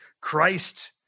Christ